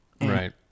Right